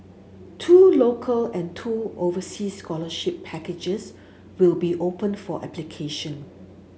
two local and two overseas scholarship packages